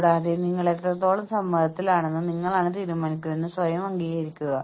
ഉദാഹരണത്തിന് ലാഭത്തിന്റെ അടിസ്ഥാനത്തിൽ നിങ്ങൾ ഒരു വർഷത്തിൽ 100 കോടി ഉണ്ടാക്കുന്നു